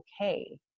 okay